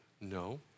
No